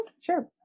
Sure